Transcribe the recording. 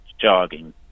jogging